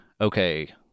okay